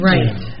Right